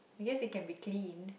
I guess it can be clean